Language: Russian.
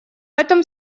этом